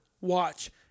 watch